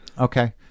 okay